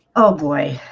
oh boy